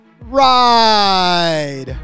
ride